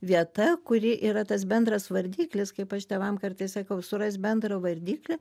vieta kuri yra tas bendras vardiklis kaip aš tėvam kartais sakau surast bendrą vardiklį